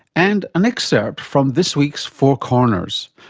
and an excerpt from this week's four corners.